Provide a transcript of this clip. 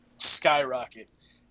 skyrocket